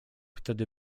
wtedy